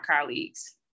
colleagues